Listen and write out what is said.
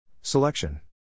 Selection